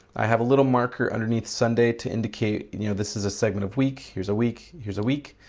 i have a little marker underneath sunday to indicate you know this is a segment of week, here's a week, here's a week.